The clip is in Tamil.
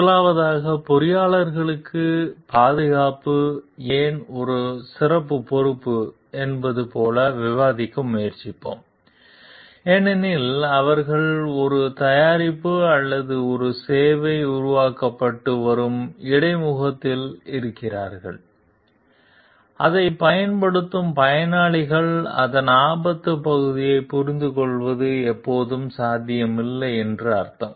முதலாவதாக பொறியியலாளர்களுக்கு பாதுகாப்பு ஏன் ஒரு சிறப்புப் பொறுப்பு என்பது போல விவாதிக்க முயற்சிப்போம் ஏனெனில் அவர்கள் ஒரு தயாரிப்பு அல்லது ஒரு சேவை உருவாக்கப்பட்டு வரும் இடைமுகத்தில் இருக்கிறார்கள் அதைப் பயன்படுத்தும் பயனாளிகள் அதன் ஆபத்து பகுதியைப் புரிந்துகொள்வது எப்போதும் சாத்தியமில்லை என்று அர்த்தம்